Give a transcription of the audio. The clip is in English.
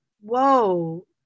whoa